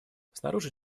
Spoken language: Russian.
снаружи